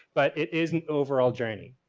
but it is an overall journey.